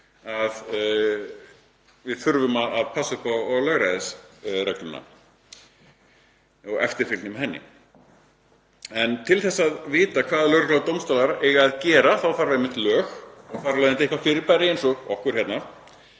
að við þurfum að passa upp á lögræðisregluna og eftirfylgni með henni. En til að vita hvað lögregla og dómstólar eiga að gera þá þarf einmitt lög og þar af leiðandi eitthvert fyrirbæri eins og okkur hérna,